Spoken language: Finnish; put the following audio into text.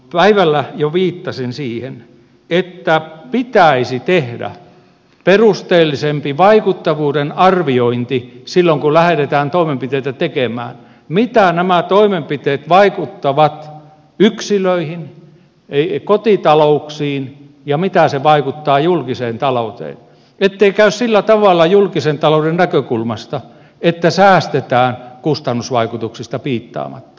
päivällä jo viittasin siihen että pitäisi tehdä perusteellisempi vaikuttavuuden arviointi silloin kun lähdetään toimenpiteitä tekemään mitä nämä toimenpiteet vaikuttavat yksilöihin kotitalouksiin ja mitä ne vaikuttavat julkiseen talouteen ettei käy sillä tavalla julkisen talouden näkökulmasta että säästetään kustannusvaikutuksista piittaamatta